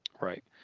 Right